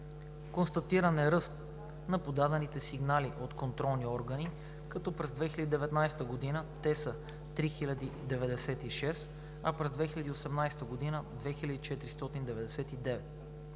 Констатиран е ръст на подадените сигнали от контролни органи, като през 2019 г. те са 3096, а през 2018 г. – 2499.